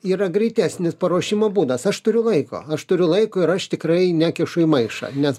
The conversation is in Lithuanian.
yra greitesnis paruošimo būdas aš turiu laiko aš turiu laiko ir aš tikrai nekišu į maišą nes